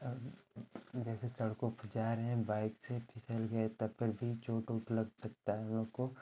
अब जैसे सड़कों पर जा रहे हैं बाइक से फिसल गए तब पर भी चोट ओंट लग सकती है हम लोग को